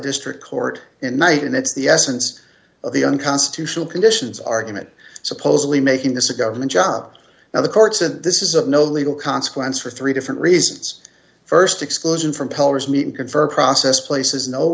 district court in night and it's the essence of the unconstitutional conditions argument supposedly making this a government job now the courts and this is of no legal consequence for three different reasons st exclusion from teller's mean convert process places no